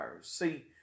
see